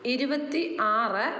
ഇരുപത്തി ആറ്